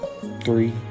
three